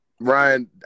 Ryan